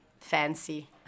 fancy